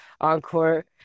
Encore